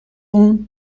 اون